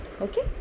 Okay